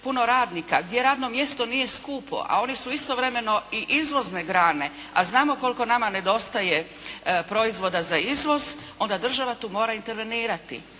puno radnika, gdje radno mjesto nije skupo, a one su istovremeno i izvozne grane, a znamo koliko nama nedostaje proizvoda za izvoz, onda država tu mora intervenirati.